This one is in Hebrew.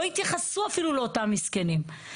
לא התייחסו אפילו לאותם מסכנים.